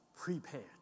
prepared